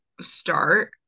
start